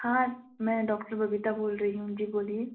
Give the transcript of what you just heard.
हाँ मैं डॉक्टर बबिता बोल रही हूँ जी बोलिए